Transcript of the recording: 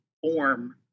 form